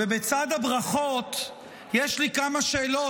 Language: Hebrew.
בצד הברכות יש לי כמה שאלות.